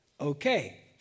Okay